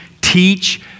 teach